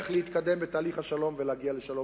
איך להתקדם בתהליך השלום ולהגיע לשלום